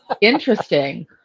interesting